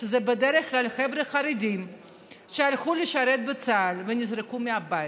הם בדרך כלל חבר'ה חרדים שהלכו לשרת בצה"ל ונזרקו מהבית.